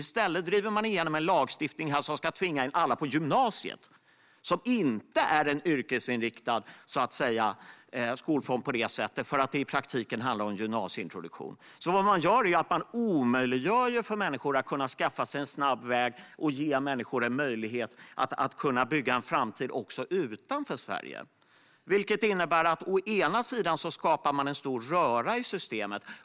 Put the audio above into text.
I stället driver regeringen igenom en lagstiftning som ska tvinga in alla på gymnasiet, som inte är en yrkesinriktad skolform på det sättet. Det handlar i praktiken om gymnasieintroduktion. Regeringen gör det alltså omöjligt för människor att skaffa sig en snabb väg och möjlighet att kunna bygga en framtid också utanför Sverige. För det första skapar man en stor röra i systemet.